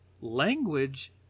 Language